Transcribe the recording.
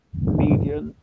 media